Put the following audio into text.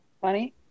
funny